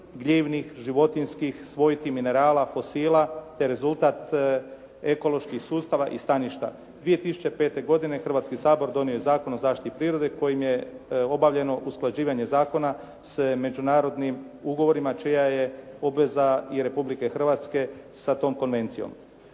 gljivnih, životinjskih svojti minerala fosila te rezultat ekoloških sustava i staništa. 2005. godine Hrvatski sabor donio je Zakon o zaštiti prirode kojim je obavljeno usklađivanje zakona s međunarodnim ugovorima čija je obveza i Republike Hrvatske sa tom konvencijom.